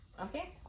Okay